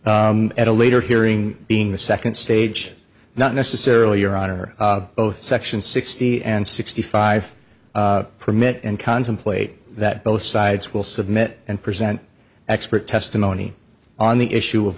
at a later hearing being the second stage not necessarily your honor both section sixty and sixty five permit and contemplate that both sides will submit and present expert testimony on the issue of